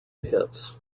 pits